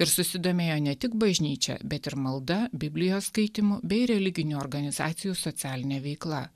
ir susidomėjo ne tik bažnyčia bet ir malda biblijos skaitymu bei religinių organizacijų socialine veikla